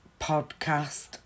podcast